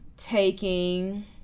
Taking